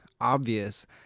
obvious